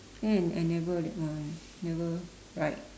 then I never that one never ride